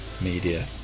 media